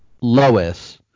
Lois